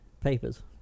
papers